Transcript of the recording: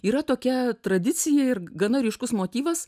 yra tokia tradicija ir gana ryškus motyvas